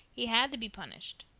he had to be punished.